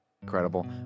incredible